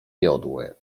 jodły